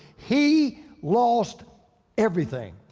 he lost everything.